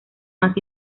más